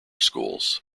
schools